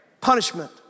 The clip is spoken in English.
punishment